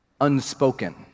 unspoken